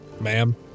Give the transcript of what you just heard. Ma'am